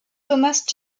thomas